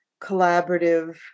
collaborative